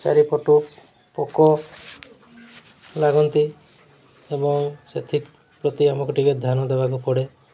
ଚାରିପଟୁ ପୋକ ଲାଗନ୍ତି ଏବଂ ସେଥିପ୍ରତି ଆମକୁ ଟିକେ ଧ୍ୟାନ ଦେବାକୁ ପଡ଼େ